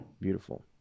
beautiful